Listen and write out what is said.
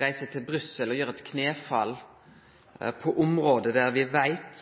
reiser til Brussel og gjer knefall for EU på område der me veit,